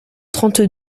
trente